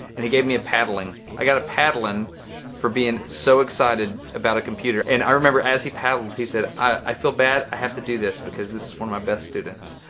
and he gave me a paddling. i got a paddling for being so excited about a computer and i remember as he paddled, he said i feel bad i have to do this because this is one of my best students.